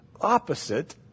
opposite